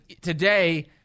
today-